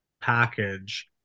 package